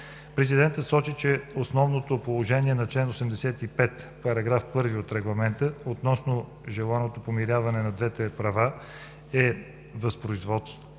Президентът сочи, че основното положение в чл. 85, параграф 1 от Регламента относно желаното помиряване на двете права е възпроизведено